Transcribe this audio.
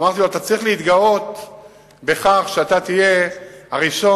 אמרתי לו: אתה צריך להתגאות בכך שאתה תהיה הראשון